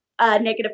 negative